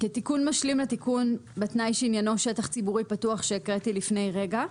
כתיקון משלים לתיקון בתנאי שעניינו שטח ציבורי פתוח שהקראתי כרגע.